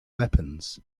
weapons